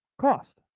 cost